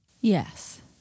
Yes